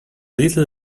little